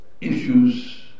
Issues